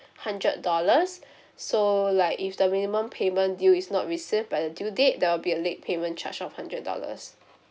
hundred dollars so like if the minimum payment due is not received by the due date there'll be a late payment charge of hundred dollars